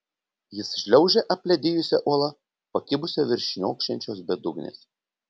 jis šliaužia apledijusia uola pakibusia virš šniokščiančios bedugnės